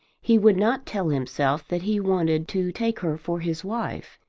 he would not tell himself that he wanted to take her for his wife.